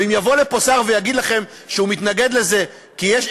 ואם יבוא לפה שר ויגיד לכם שהוא מתנגד לזה כי יש,